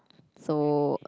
so